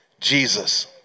Jesus